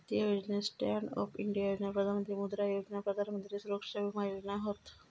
वित्तीय योजनेत stand up India योजना, प्रधान मंत्री मुद्रा योजना, प्रधान मंत्री सुरक्षा विमा योजना हत